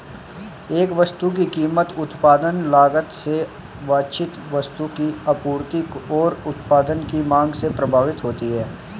एक वस्तु की कीमत उत्पादन लागत से वांछित वस्तु की आपूर्ति और उत्पाद की मांग से प्रभावित होती है